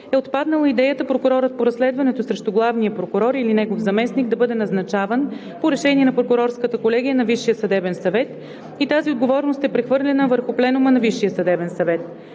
е отпаднала идеята прокурорът по разследването срещу главния прокурор или негов заместник да бъде назначаван по решение на Прокурорската колегия на Висшия съдебен съвет и тази отговорност е прехвърлена върху Пленума на